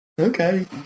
Okay